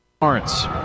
Lawrence